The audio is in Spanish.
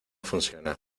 funciona